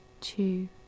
two